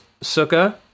sukkah